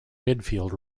midfield